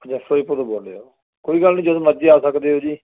ਅੱਛਾ ਫਿਰੋਜ਼ਪੁਰ ਤੋਂ ਬੋਲ ਰਹੇ ਹੋ ਕੋਈ ਗੱਲ ਨਹੀਂ ਜਦੋਂ ਮਰਜ਼ੀ ਆ ਸਕਦੇ ਹੋ ਜੀ